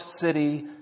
city